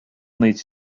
leads